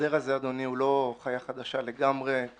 אדוני, ההסדר הזה הוא לא חיה חדשה לגמרי.